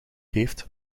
heeft